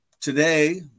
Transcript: Today